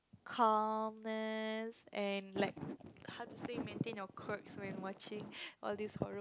calmness and like how to say maintain your quirks when watching all this horror